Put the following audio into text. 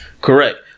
Correct